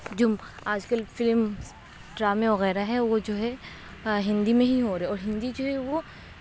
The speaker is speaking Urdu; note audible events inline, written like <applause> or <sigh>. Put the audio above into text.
<unintelligible> آج کل فلمس ڈرامے وغیرہ ہے وہ جو ہے ہندی میں ہی ہو رہے ہے اور ہندی جو ہے وہ